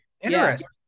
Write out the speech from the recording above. interesting